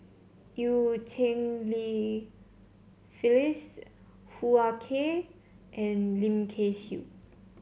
Eu Cheng Li Phyllis Hoo Ah Kay and Lim Kay Siu